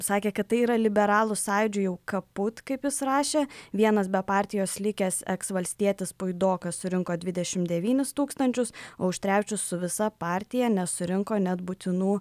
sakė kad tai yra liberalų sąjūdžiui jau kaput kaip jis rašė vienas be partijos likęs eks valstietis puidokas surinko dvidešim devynis tūkstančius auštrevičius su visa partija nesurinko net būtinų